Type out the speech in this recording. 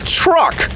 truck